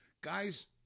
guys –